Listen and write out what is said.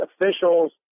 officials